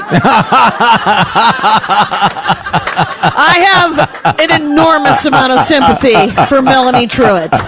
but i i have an enormous amount of sympathy for melanie truitt.